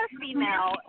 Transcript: female